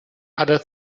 other